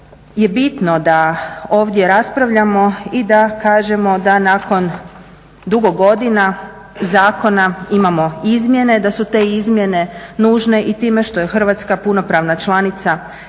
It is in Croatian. je bitno da ovdje raspravljamo i da kažemo da nakon dugo godina zakona imamo izmjene, da su te izmjene nužne i time što je Hrvatska punopravna članica